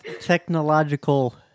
Technological